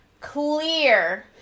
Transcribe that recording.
Clear